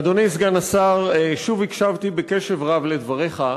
אדוני סגן השר, שוב הקשבתי בקשב רב לדבריך,